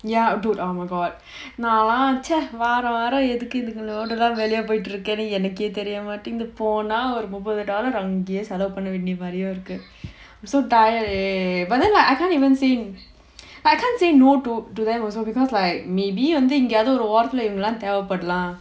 ya dude oh my god நான்:naan வாராவாரம் எதுக்கு இதுங்களோடலாம் வெளிய போயிட்டு இருக்கேன்னு எனக்கே தெரிய மாட்டேங்குது போனா ஒரு முப்பது:vaaravaaram edhuku idhungalodalaam poyittu irukkaenu enakkae theriya maattaenguthu pona oru muppathu dollar அங்கேயே செலவு பண்ண வேண்டிய மாதிரி இருக்கு:angayae selavu panna vendiya maathiri irukku so tired eh but then like I can't say even no to do them also because like maybe வந்து எங்கயாவது ஒரு ஓரத்துல இவங்கலாம் தேவை படலாம்:vanthu engayaavathu oru orathula ivangalaam thevai padalaam